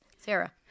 Sarah